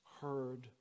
heard